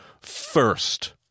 first